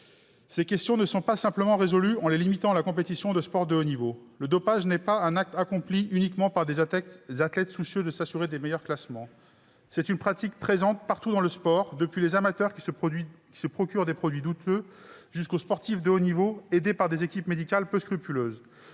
Ces questions ne seront pas simplement résolues en les limitant à la compétition du sport de haut niveau. Le dopage n'est pas un acte accompli uniquement par des athlètes soucieux de s'assurer les meilleurs classements. C'est une pratique présente partout dans le sport, depuis les amateurs qui se procurent des produits douteux sur internet jusqu'aux sportifs de haut niveau aidés par des équipes médicales peu scrupuleuses.